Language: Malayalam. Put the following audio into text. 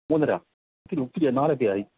മൂന്നര ഒത്തിരി ഒത്തിരി നാലൊക്കെയായി